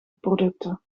producten